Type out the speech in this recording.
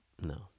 No